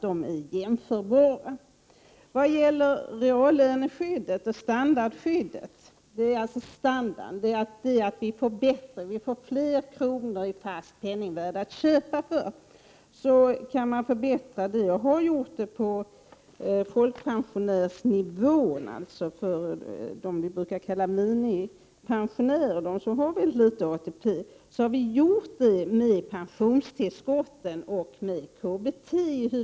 Dessa summor skall alltså vara jämförbara. Standardhöjning innebär att vi får fler kronor i fast penningvärde att köpa för. Reallöneskyddet och standardskyddet kan förbättras och har förbättrats på folkpensionsnivån, alltså för dem som vi brukar kalla för minipensionärer. Det är de som har mycket liten ATP. Deras standard har vi i huvudsak höjt med pensionstillskott och med KBT.